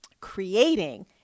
Creating